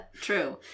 True